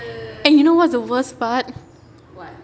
and you know what's the worst part